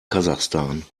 kasachstan